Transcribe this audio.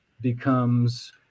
becomes